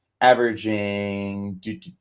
averaging